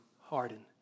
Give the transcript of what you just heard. harden